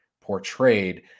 portrayed